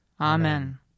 Amen